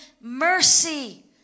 mercy